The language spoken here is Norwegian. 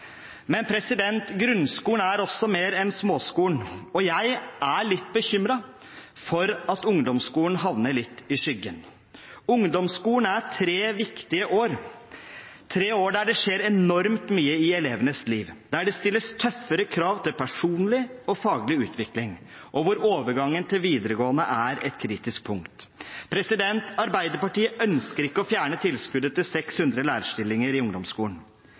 Men grunnskolen er også mer enn småskolen, og jeg er litt bekymret for at ungdomsskolen havner litt i skyggen. Ungdomsskolen er tre viktige år, tre år der det skjer enormt mye i elevenes liv, der det stilles tøffere krav til personlig og faglig utvikling, og hvor overgangen til videregående er et kritisk punkt. Arbeiderpartiet ønsker ikke å fjerne tilskuddet til 600 lærerstillinger i ungdomsskolen.